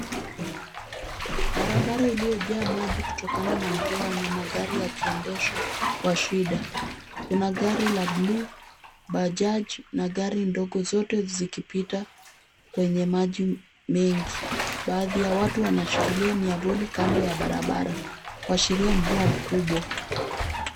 Barabara iliyojaa maji kutokana na mvua na magari yakiendeshwa kwa shida. Kuna gari la buluu, bajaji na gari ndogo, zote zikipita kwenye maji mengi, Baadhi ya watu wanashikilia miavuli kando ya barabara, kuashiria mvua mkubwa.